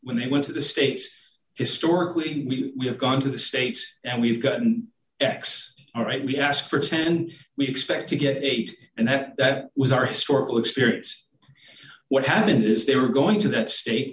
when they went to the states historically we have gone to the states and we've gotten x all right we asked for ten we expect to get eight and that was our historical experience what happened is they were going to that state